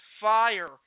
fire